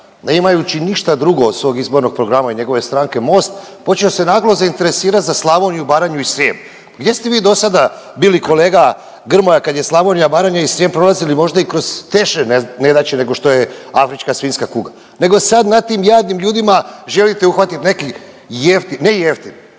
ne imajući ništa drugo od svog izbornog programa i njegove stranke Most počeo se naglo zainteresirati za Slavoniju, Baranju i Srijem. Gdje ste vi do sada bili kolega Grmoja kad je Slavonija, Baranja i Srijem prolazili možda i kroz teže nedaće nego što je afrička svinjska kuga. Nego sad na tim jadnim ljudima želite uhvatiti neki jeftin, ne jeftin